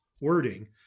wording